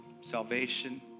salvation